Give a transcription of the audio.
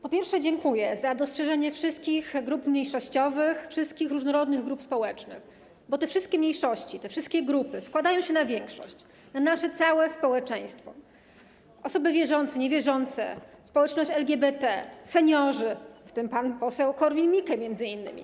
Przede wszystkim dziękuję za dostrzeżenie wszystkich grup mniejszościowych, wszystkich różnorodnych grup społecznych, bo te wszystkie mniejszości, te wszystkie grupy składają się na większość, na nasze całe społeczeństwo: osoby wierzące, niewierzące, społeczność LGBT, seniorzy, w tym pan poseł Korwin-Mikke między innymi.